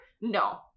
No